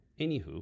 Anywho